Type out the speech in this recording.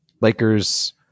Lakers